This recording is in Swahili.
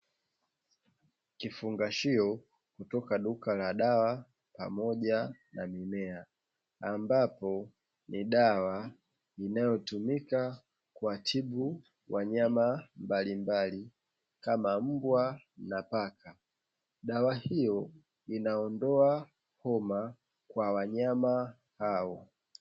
Kifungashio kutoka duka la dawa pamoja na mimea; ambapo ni dawa inayotumika kuwatibu wanyama mbalimbali kama mbwa na paka. Dawa hiyo inaondoa homa kwa wanyama hao.